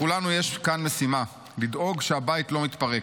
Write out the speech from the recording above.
לכולנו יש כאן משימה, לדאוג שהבית לא מתפרק,